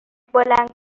بلند